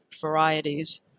varieties